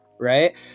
right